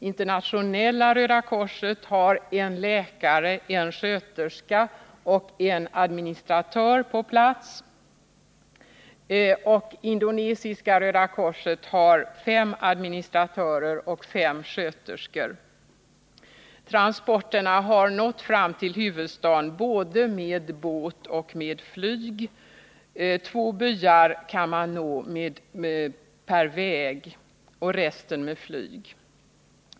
Internationella röda korset har en läkare, en sköterska och en administratör på plats och Indonesiska röda korset fem administratörer och fem sköterskor. Transporterna har nått fram till huvudstaden både med båt och med flyg. Två byar kan man nå per väg och de övriga med flyg.